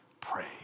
pray